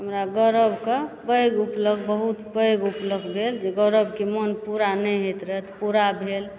हमरा गौरव कऽ पैघ उपलब्ध बहुत पैघ उपलब्ध भेल जे गौरवके मन पूरा नहि होइत रहए पूरा भेल